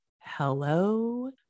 Hello